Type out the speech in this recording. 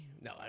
no